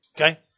Okay